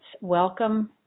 welcome